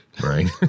Right